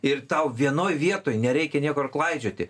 ir tau vienoj vietoj nereikia niekur klaidžioti